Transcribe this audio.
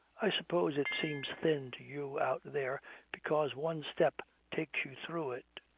i suppose it seems thin to you out there because one step takes you through it.